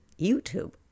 YouTube